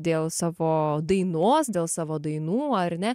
dėl savo dainos dėl savo dainų ar ne